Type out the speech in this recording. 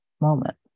moment